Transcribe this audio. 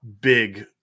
big